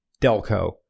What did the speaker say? Delco